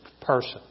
person